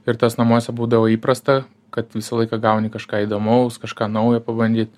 ir tas namuose būdavo įprasta kad visą laiką gauni kažką įdomaus kažką naujo pabandyt